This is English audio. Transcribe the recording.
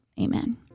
Amen